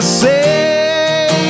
say